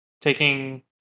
taking